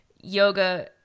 yoga